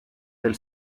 del